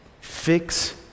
fix